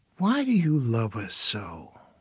why do you love us so?